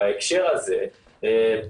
אדוני הנכבד,